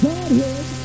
Godhead